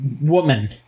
woman